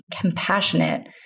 compassionate